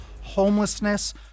homelessness